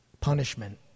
punishment